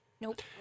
Nope